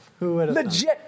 legit